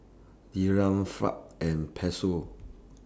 Dirham Franc and Peso